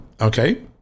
okay